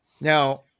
Now